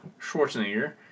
Schwarzenegger